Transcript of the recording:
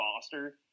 Foster